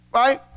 right